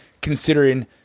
considering